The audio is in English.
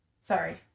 Sorry